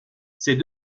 ces